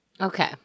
Okay